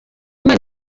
imana